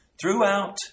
throughout